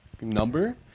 number